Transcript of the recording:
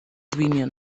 winien